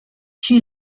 she